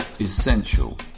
essential